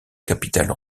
capitale